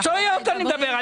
מקצועיות אני מדבר.